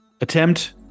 Attempt